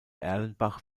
erlenbach